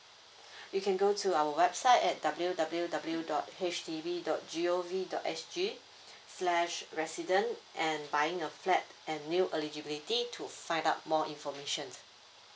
you can go to our website at W_W_W dot H D B dot G_O_V dot S_G slash resident and buying a flat and new eligibility to find out more information